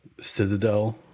citadel